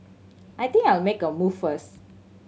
I think I'll make a move first